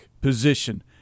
position